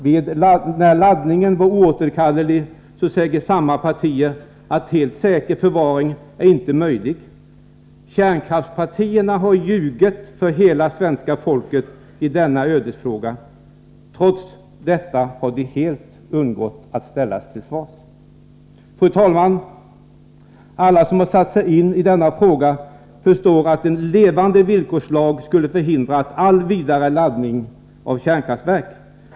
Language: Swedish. När väl laddningen är oåterkallelig, säger samma partier att ”helt säker” förvaring inte är möjlig. Kärnkraftspartierna har ljugit för hela svenska folket i denna ödesfråga. Trots detta har de fullständigt undgått att ställas till svars. Fru talman! Alla som har satt sig in i denna fråga förstår att en ”levande” villkorslag skulle ha förhindrat all vidare laddning av kärnkraftverk.